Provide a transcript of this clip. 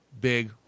big